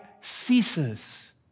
ceases